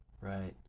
Right